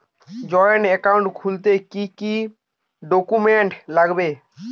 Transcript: Joint account খুলতে কি কি ডকুমেন্টস লাগবে?